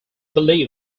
believe